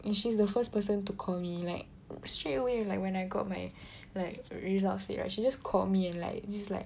and she is the first person to call me like straightaway like when I got my like results slip right she just called me and like just like